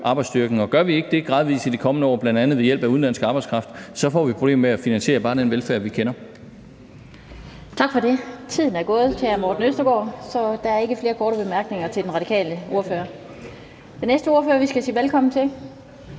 arbejdsstyrken, og gør vi ikke det gradvis i de kommende år bl.a. ved hjælp af udenlandsk arbejdskraft, får vi et problem med at finansiere bare den velfærd, vi kender. Kl. 14:22 Den fg. formand (Annette Lind): Tak for det. Tiden til spørgsmål til hr. Morten Østergaard er gået, så der er ikke flere korte bemærkninger til den radikale ordfører. Den næste ordfører, vi skal sige velkommen til,